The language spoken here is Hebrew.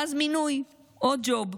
ואז מינוי, עוד ג'וב.